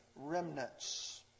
remnants